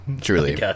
Truly